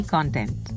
Content